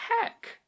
Heck